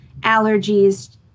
allergies